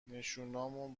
نشونامون